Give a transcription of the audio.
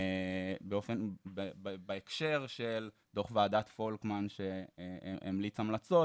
הספורט בהקשר של דוח ועדת פולקמן, שהמליץ המלצות.